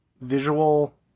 visual